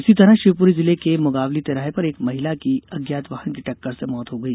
इसी तरह शिवपुरी जिले के मुगावली तिराहे पर एक महिला की अज्ञात वाहन की टक्कर से मौत हो गई